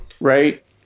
right